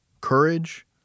courage